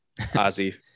Ozzy